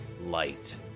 light